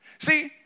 See